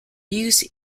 use